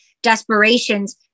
desperations